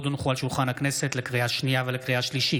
מסמכים שהונחו על שולחן הכנסת 5 מזכיר הכנסת דן מרזוק: